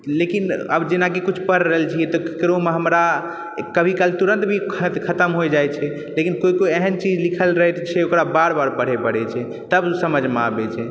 लेकिन आब जेनाकि कुछ पढ़ि रहलछियै तऽ ककरोमे हमरा कभी काल तुरत भी खत खत्म होइ जाइ छै लेकिन कोइ कोइ एहन चीज लिखल रहैत छै जे ओकरा बार बार पढ़ै पड़ै छै तब उऽ समझमे आबैछै